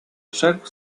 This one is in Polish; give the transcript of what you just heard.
rzekł